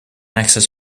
access